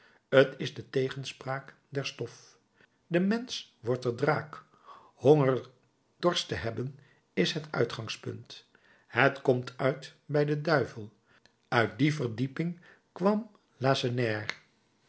t is de tegenspraak der stof de mensch wordt er draak honger dorst te hebben is het uitgangspunt het komt uit bij den duivel uit die verdieping kwam lacenaire